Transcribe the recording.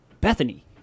bethany